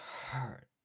hurt